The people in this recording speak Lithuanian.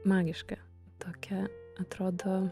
magiška tokia atrodo